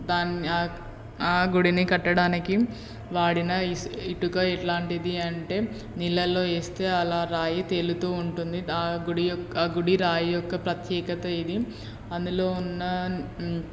దాన్ని ఆ గుడిని కట్టడానికి వాడిన ఇసు ఇటుక ఎలాంటిది అంటే నీళ్ళల్లో వేస్తే అలా రాయి తేలుతూ ఉంటుంది ఆ గుడి యొక్క ఆ గుడి రాయి యొక్క ప్రత్యేకత ఇది అందులో ఉన్న